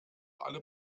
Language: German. alle